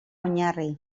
oinarri